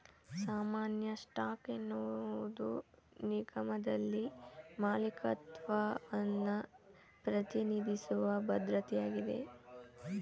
ಸಾಮಾನ್ಯ ಸ್ಟಾಕ್ ಎನ್ನುವುದು ನಿಗಮದಲ್ಲಿ ಮಾಲೀಕತ್ವವನ್ನ ಪ್ರತಿನಿಧಿಸುವ ಭದ್ರತೆಯಾಗಿದೆ